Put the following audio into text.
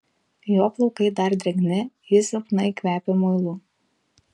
jo plaukai dar drėgni jis silpnai kvepia muilu